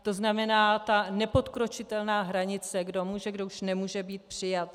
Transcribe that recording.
To znamená, ta nepodkročitelná hranice, kdo může, kdo už nemůže být přijat.